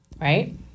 Right